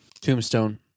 Tombstone